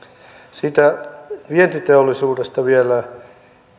siitä vientiteollisuudesta vielä